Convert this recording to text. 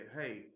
Hey